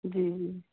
जी जी